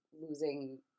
losing